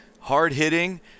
Hard-hitting